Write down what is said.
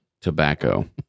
tobacco